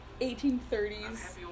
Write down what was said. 1830s